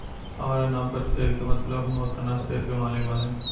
हामरा नाम पर शेयर के मतलब हम ओतना शेयर के मालिक बानी